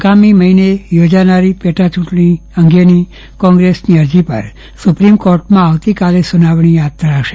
આગામી મહિનામાં યોજાનારી પેટાયુંટણી અંગેની કોંગ્રેસની અરજી પર સુપ્રીમ કોર્ટમાં આવતીકાલે સુનાવણી હાથ ધરાશે